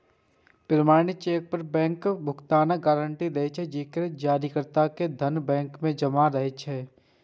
प्रमाणित चेक पर बैंक भुगतानक गारंटी दै छै, कियैकि जारीकर्ता के धन बैंक मे जमा रहै छै